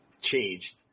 changed